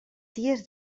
ties